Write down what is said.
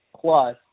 Plus